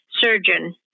surgeon